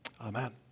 Amen